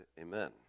Amen